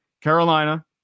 Carolina